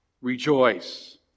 Rejoice